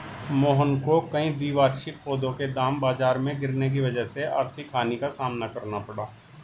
मोहन को कई द्विवार्षिक पौधों के दाम बाजार में गिरने की वजह से आर्थिक हानि का सामना करना पड़ा